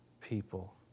people